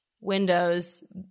windows